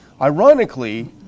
Ironically